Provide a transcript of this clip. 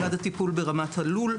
טיפול ברמת הלול,